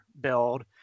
build